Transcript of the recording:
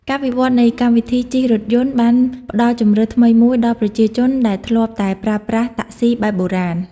ការវិវត្តនៃកម្មវិធីជិះរថយន្តបានផ្តល់ជម្រើសថ្មីមួយដល់ប្រជាជនដែលធ្លាប់តែប្រើប្រាស់តាក់ស៊ីបែបបុរាណ។